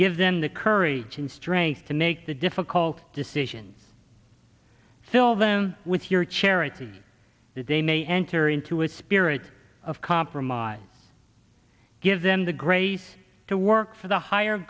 give them the courage and strength to make the difficult decisions fill them with your charity that they may enter into a spirit of compromise give them the grace to work for the higher